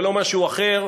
ולא משהו אחר,